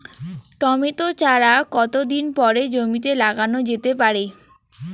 Tomato চারা কতো দিন পরে জমিতে লাগানো যেতে পারে?